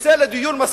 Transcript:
נושא לדיון,